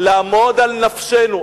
בקונסנזוס לעמוד על נפשנו.